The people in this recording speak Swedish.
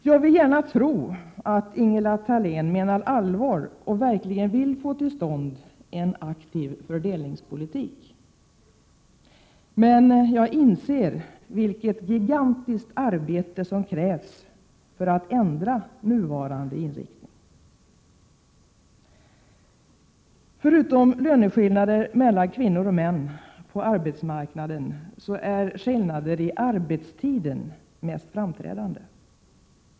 Jag vill gärna tro att Ingela Thalén menar allvar och verkligen vill få till stånd en aktiv fördelningspolitik. Men jag inser vilket gigantiskt arbete som krävs för att ändra nuvarande inriktning. Förutom löneskillnader mellan kvinnor och män på arbetsmarknaden är skillnader i arbetstiden mest framträdande.